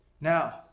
Now